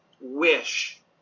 wish